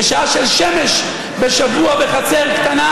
ושעה של שמש בשבוע בחצר קטנה,